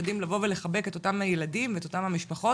יודעים לבוא ולחבק את אותם הילדים ואת אותם המשפחות.